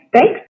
Thanks